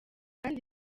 kandi